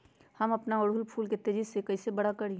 हम अपना ओरहूल फूल के तेजी से कई से बड़ा करी?